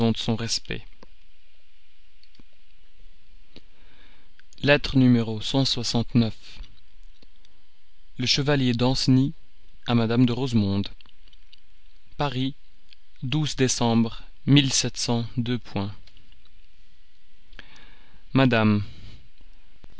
son respect le chevalier danceny à madame de rosemonde madame